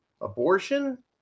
abortion